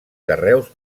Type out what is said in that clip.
carreus